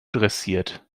dressiert